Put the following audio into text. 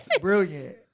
brilliant